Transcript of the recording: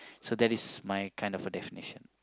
so that is my kind of a definition